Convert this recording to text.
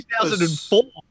2004